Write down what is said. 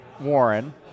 Warren